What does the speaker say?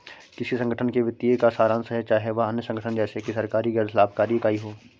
किसी संगठन के वित्तीय का सारांश है चाहे वह अन्य संगठन जैसे कि सरकारी गैर लाभकारी इकाई हो